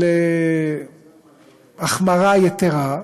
החמרה יתרה,